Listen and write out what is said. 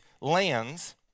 lands